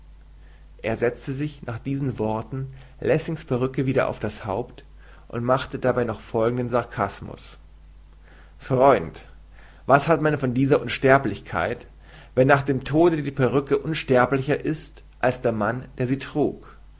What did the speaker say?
er setzte sich nach diesen worten lessings perücke wieder auf das haupt und machte dabei noch folgenden sarkasmus freund was hat man von dieser unsterblichkeit wenn nach dem tode die perücke unsterblicher ist als der mann der sie trug